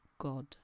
god